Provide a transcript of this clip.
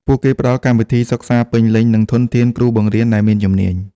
ពួកគេផ្តល់កម្មវិធីសិក្សាពេញលេញនិងធនធានគ្រូបង្រៀនដែលមានជំនាញ។